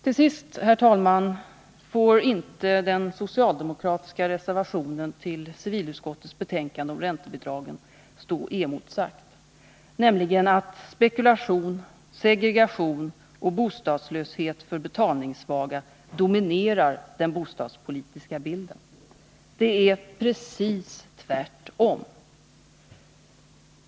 Till sist, herr talman, får inte den socialdemokratiska reservationen till civilutskottets betänkande om räntebidragen stå oemotsagd. Det sägs i reservationen att spekulation, segregation och bostadslöshet för betalningssvaga dominerar den bostadspolitiska bilden. Det är precis tvärtom.